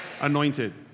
anointed